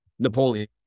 Napoleon